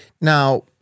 Now